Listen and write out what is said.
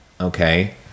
Okay